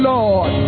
Lord